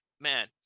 man